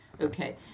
Okay